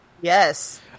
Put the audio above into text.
yes